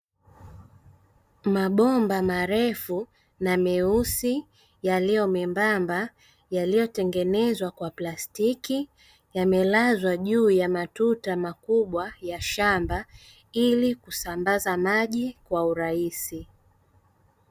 Mabomba marefu na meusi yaliyo membamba, yaliyotengenezwa kwa plastiki, yamelazwa juu ya matuta makubwa ya shamba ili kusambaza maji kwa urahisi.